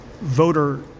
voter